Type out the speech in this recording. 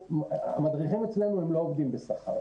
אצלנו לא עובדים בשכר,